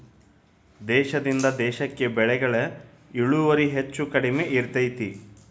ದೇಶದಿಂದ ದೇಶಕ್ಕೆ ಬೆಳೆಗಳ ಇಳುವರಿ ಹೆಚ್ಚು ಕಡಿಮೆ ಇರ್ತೈತಿ